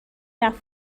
رفت